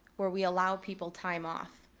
where we allow people time off,